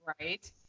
Right